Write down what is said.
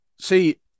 see